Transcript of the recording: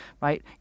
right